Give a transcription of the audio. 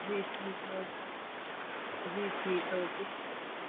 जी ठीक है जी ठीक है ओके